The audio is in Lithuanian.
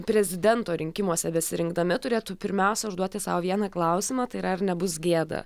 prezidento rinkimuose besirinkdami turėtų pirmiausia užduoti sau vieną klausimą tai yra ar nebus gėda